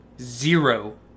Zero